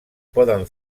poden